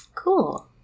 Cool